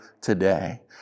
today